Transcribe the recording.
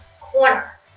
corner